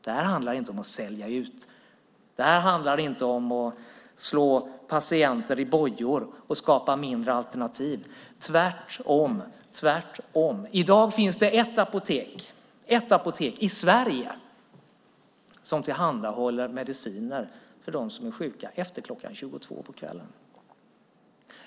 Det handlar inte om att sälja ut, att slå patienter i bojor och skapa färre alternativ. Det är tvärtom. I dag finns det ett apotek i Sverige som tillhandahåller mediciner för dem som är sjuka efter kl. 22.00 på kvällen.